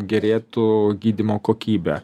gerėtų gydymo kokybė